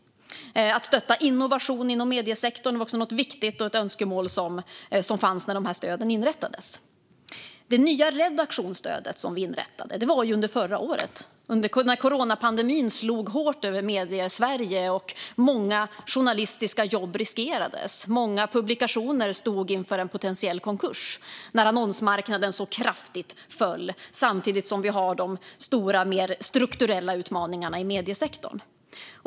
Att stötta innovation inom mediesektorn var också ett viktigt önskemål som fanns när dessa stöd inrättades. Det nya redaktionsstödet inrättade vi under förra året när coronapandemin slog hårt över Mediesverige. Många journalistiska jobb riskerades när många publikationer stod inför en potentiell konkurs och annonsmarknaden föll kraftigt, samtidigt som vi hade stora och mer strukturella utmaningar i mediesektorn.